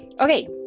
Okay